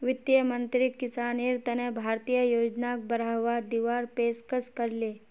वित्त मंत्रीक किसानेर तने भारतीय योजनाक बढ़ावा दीवार पेशकस करले